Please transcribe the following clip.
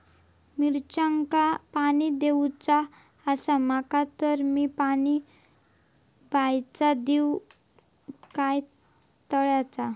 मिरचांका पाणी दिवचा आसा माका तर मी पाणी बायचा दिव काय तळ्याचा?